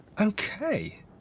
Okay